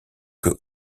que